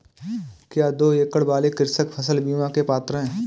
क्या दो एकड़ वाले कृषक फसल बीमा के पात्र हैं?